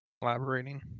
collaborating